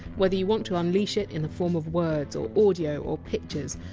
whether you want to unleash it in the form of words, or audio, or pictures,